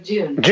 June